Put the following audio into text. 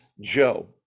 Joe